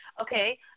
Okay